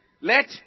Let